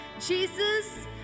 Jesus